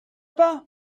pas